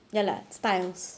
ya lah styles